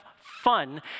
fun